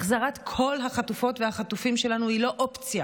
החזרת כל החטופות והחטופים שלנו היא לא אופציה,